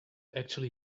actually